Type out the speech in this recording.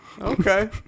okay